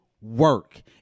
work